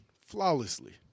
flawlessly